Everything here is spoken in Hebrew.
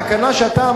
התקנה.